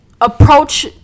approach